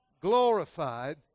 glorified